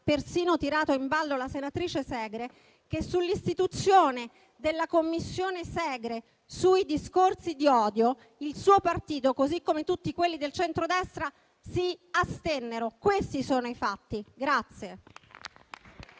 persino tirato in ballo la senatrice Segre, che sull'istituzione della Commissione presieduta dalla senatrice Segre sui discorsi di odio, il suo partito, così come tutti quelli del centrodestra, si astennero. Questi sono i fatti.